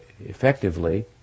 effectively